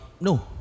no